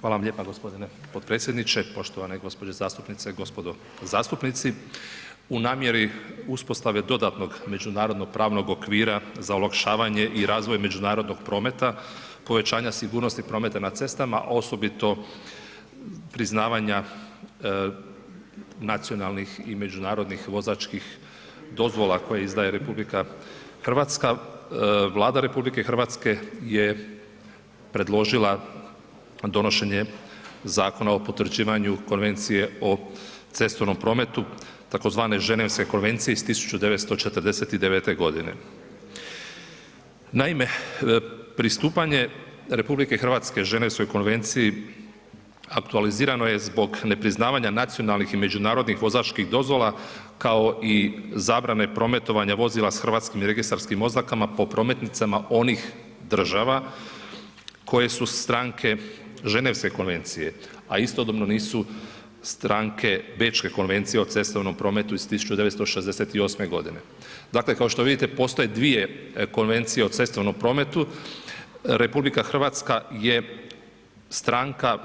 Hvala vam lijepa g. potpredsjedniče, poštovane gđe. zastupnice i gospodo zastupnici, u namjeri uspostave dodatnog međunarodno pravnog okvira za olakšavanje i razvoj međunarodnog prometa, povećanja sigurnosti prometa na cestama osobito priznavanja nacionalnih i međunarodnih vozačkih dozvola koje izdaje RH, Vlada RH je predložila donošenje Zakona o potvrđivanju Konvencije o cestovnom prometu tzv. Ženevske konvencije iz 1949.g. Naime, pristupanje RH Ženevskoj konvenciji aktualizirano je zbog nepriznavanja nacionalnih i međunarodnih vozačkih dozvola, kao i zabrane prometovanja vozila s hrvatskim registarskim oznakama po prometnicama onih država koje su stranke Ženevske konvencije, a istodobno nisu stranke Bečke konvencije o cestovnom prometu iz 1968.g. Dakle, kao što vidite postoje dvije Konvencije o cestovnom prometu, RH je stranka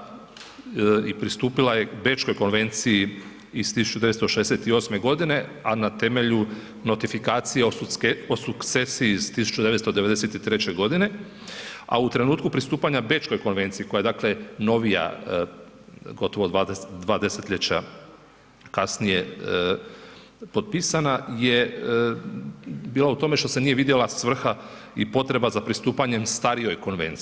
i pristupila je Bečkoj konvenciji iz 1968.g., a na temelju notifikacije o sukcesiji iz 1993.g., a u trenutku pristupanja Bečkoj konvenciji koja je, dakle novija, gotovo dva desetljeća kasnije potpisana, je bila u tome što se nije vidjela svrha i potreba za pristupanjem starijoj konvenciji.